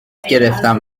گرفنم